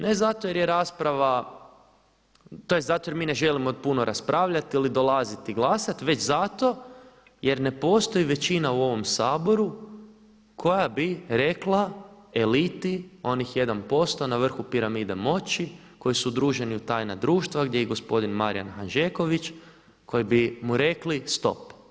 Ne zato jer je rasprava, tj. zato jer mi ne želimo puno raspravljati ili dolaziti glasati već zato jer ne postoji većina u ovom Saboru koja bi rekla eliti, onih 1% na vrhu piramide moći, koji su udruženi u tajna društva gdje je i gospodin Marijan Hanžeković koji bi mu rekli stop.